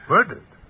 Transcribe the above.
Murdered